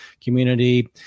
community